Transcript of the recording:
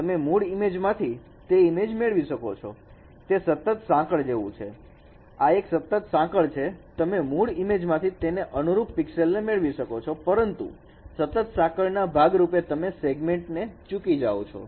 તમે મુળ ઈમેજ માંથી તે ઇમેજને મેળવી શકો છો તે સતત સાંકળ જવું છેઆ એક સતત સાંકળ છે તમે મૂળ ઇમેજ માંથી તેને અનુરૂપ પિક્સેલ ને મેળવી શકો છો પરંતુ સતત સાંકળ ના ભાગરૂપે તમે સેગમેન્ટ ને ચૂકી જાવ છો